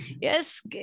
yes